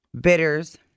Bitters